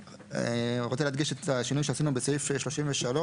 אני רוצה להדגיש את השינוי שעשינו בסעיף 33,